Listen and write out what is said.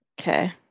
Okay